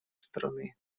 страны